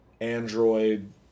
Android